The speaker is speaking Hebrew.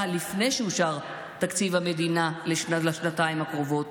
לפני שאושר תקציב המדינה לשנתיים הקרובות,